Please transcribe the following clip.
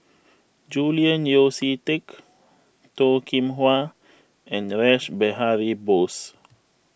Julian Yeo See Teck Toh Kim Hwa and Rash Behari Bose